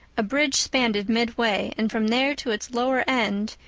a bridge spanned it midway and from there to its lower end,